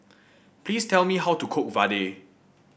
please tell me how to cook vadai